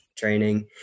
training